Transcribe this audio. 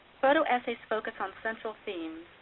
photo essays focus on central themes,